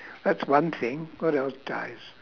that's one thing what else dies